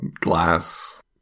glass